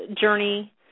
journey